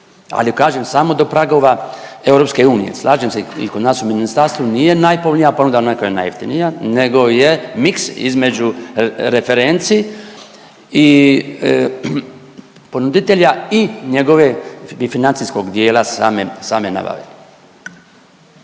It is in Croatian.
ali kažem samo do pragova EU. Slažem se i kod nas u ministarstvu nije najpovoljnija ponuda ona koja je najjeftinija nego je miks između referenci i ponuditelja i njegove i financijskog dijela same, same